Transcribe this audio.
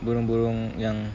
burung-burung yang